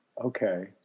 Okay